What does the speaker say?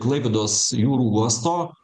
klaipėdos jūrų uosto